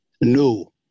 No